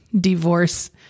divorce